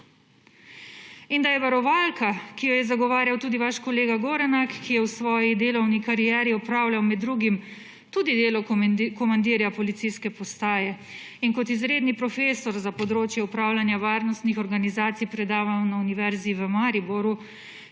in da je varovalka, ki jo je zagovarjal tudi vaš kolega Gorenak, ki je v svoji delavni karieri opravljal med drugim tudi delo komandirja policijske postaje in kot izredni profesor za področje upravljanja varnostnih organizacij predaval na Univerzi v Mariboru,